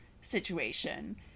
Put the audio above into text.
situation